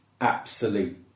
absolute